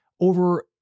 over